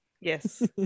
Yes